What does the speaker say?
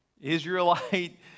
Israelite